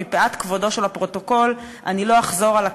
מפאת כבודו של הפרוטוקול אני לא אחזור על הקללות,